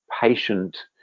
patient